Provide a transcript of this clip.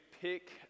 pick